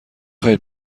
خواهید